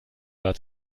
war